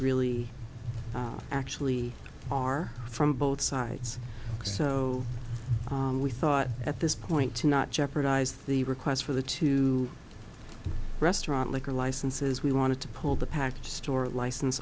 really actually are from both sides so we thought at this point to not jeopardize the requests for the two restaurant liquor licenses we wanted to pull the package store license